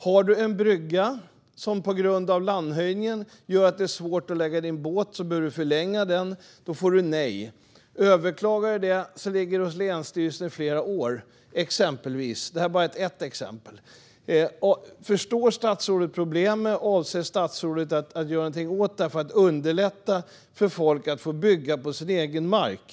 Har du en brygga som på grund av landhöjningen gör att det är svårt att lägga din båt där och du därför behöver förlänga bryggan får du nej. Överklagar du ligger ärendet hos länsstyrelsen i flera år. Det här är bara ett exempel. Förstår statsrådet problemet, och avser statsrådet att göra någonting åt det här för att underlätta för folk att få bygga på sin egen mark?